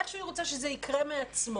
איכשהו היא רוצה שזה יקרה מעצמו.